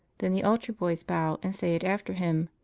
then the altar-boys bow and say it after him.